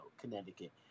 Connecticut